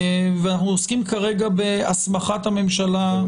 ואנחנו עוסקים כרגע בהסמכת הממשלה.